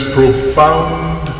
profound